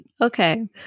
Okay